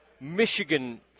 Michigan